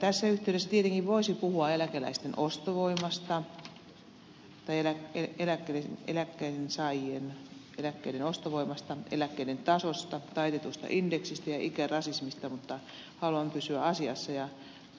tässä yhteydessä tietenkin voisi puhua eläkeläisten ostovoimasta tai eläkkeensaajien eläkkeiden ostovoimasta eläkkeiden tasosta taitetusta indeksistä ja ikärasismista mutta haluan pysyä asiassa ja